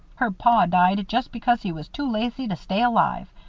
her paw died just because he was too lazy to stay alive,